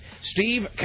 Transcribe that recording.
Steve